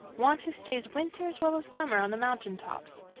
one who stays winter as well as summer on the mountain tops.